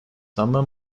summer